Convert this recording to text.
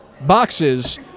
boxes